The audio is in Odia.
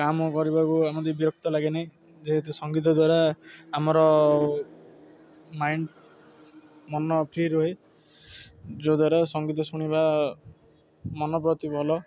କାମ କରିବାକୁ ଆମକୁ ବିରକ୍ତ ଲାଗେ ନାହିଁ ଯେହେତୁ ସଙ୍ଗୀତ ଦ୍ୱାରା ଆମର ମାଇଣ୍ଡ ମନ ଫ୍ରି ରୁହେ ଯଦ୍ୱାରା ସଙ୍ଗୀତ ଶୁଣିବା ମନ ପ୍ରତି ଭଲ